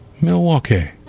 Milwaukee